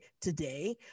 today